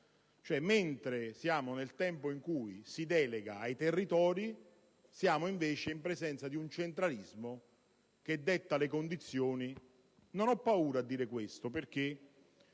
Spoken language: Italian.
Proprio nel tempo in cui si delega ai territori, siamo in presenza di un centralismo che detta le condizioni. Non ho paura a dire ciò, perché